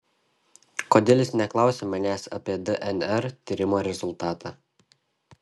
kodėl jis neklausia manęs apie dnr tyrimo rezultatą